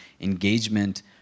engagement